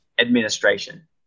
administration